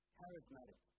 charismatic